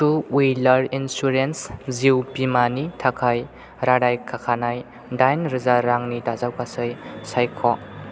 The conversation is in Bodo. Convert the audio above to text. थु हुइलार इन्सुरेन्स जिउ बीमानि थाखाय रादाय खाखानाय दाइन रोजा रांनि दाजाबगासै सायख'